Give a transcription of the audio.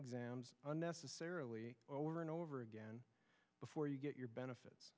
exams unnecessarily over and over again before you get your benefit